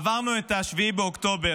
עברנו את 7 באוקטובר,